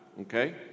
okay